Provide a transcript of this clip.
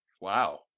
Wow